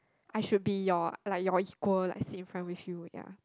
I should be your like your equal like sit in front with you ya